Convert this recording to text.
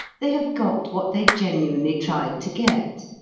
they have got what they genuinely tried to get.